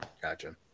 Gotcha